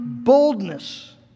Boldness